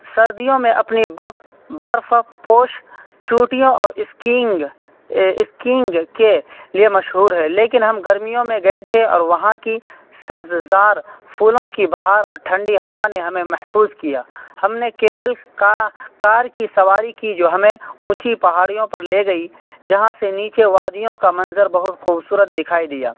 سردیوں میں اپنی برف پوش چوٹیوں اور اسکینگ اسکینگ کے لیے مشہور ہے لیکن ہم گرمیوں میں گئے تھے اور وہاں کی سبززار پھولوں کی بہار اور ٹھنڈی ہوا نے ہمیں محفوظ کیا ہم نے کیبل کا کار کی سواری کی جو ہمیں اونچی پہاڑیوں پر لے گئی جہاں سے نیچے وادیوں کا منظر بہت خوبصورت دکھائی دیا